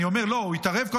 הוא התערב.